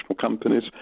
companies